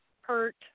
hurt